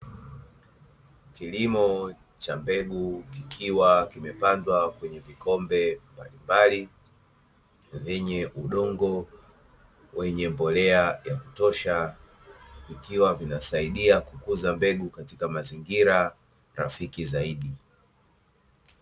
Kilimo cha mbegu kikiwa kimepandwa kwenye vikombe mbalimbali, vyenye udongo wenye mbolea ya kutosha. Ikiwa vinasaidia kukuza mbegu katika mazingira rafiki zaidi.